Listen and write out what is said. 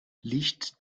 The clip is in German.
licht